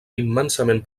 immensament